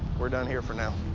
we're done here for now.